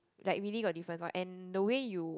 like really got difference lor and the way you